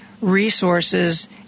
resources